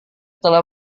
telah